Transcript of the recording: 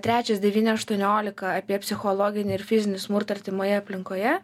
trečias devyni aštuoniolika apie psichologinį ir fizinį smurtą artimoje aplinkoje